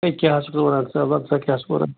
ہے کیٛاہ حظ چھُکھ ژٕ وَنان سہلاب چھا کیٛاہ چھُکھ ژٕ وَنان